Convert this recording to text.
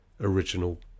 original